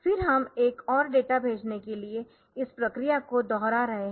फिर हम एक और डेटा भेजने के लिए इस प्रक्रिया को दोहरा रहे है